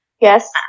Yes